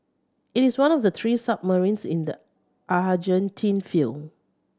it is one of the three submarines in the Argentine feel